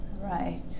right